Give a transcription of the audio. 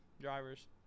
drivers